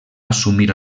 assumir